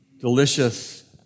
delicious